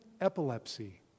epilepsy